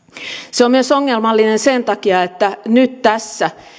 se on ongelmallinen myös sen takia että nyt tässä